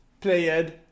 played